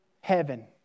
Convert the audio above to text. heaven